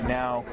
now